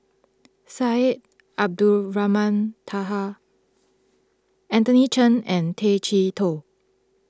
Syed Abdulrahman Taha Anthony Chen and Tay Chee Toh